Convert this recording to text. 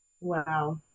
wow